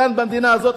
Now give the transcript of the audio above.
כאן במדינה הזאת,